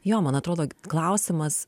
jo man atrodo klausimas